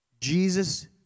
Jesus